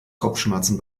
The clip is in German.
kopfschmerzen